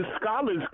scholars